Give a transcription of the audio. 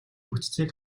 бүтцийг